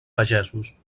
pagesos